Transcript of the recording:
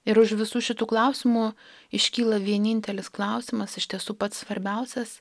ir už visų šitų klausimų iškyla vienintelis klausimas iš tiesų pats svarbiausias